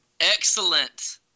Excellent